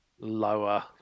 lower